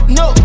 no